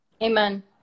Amen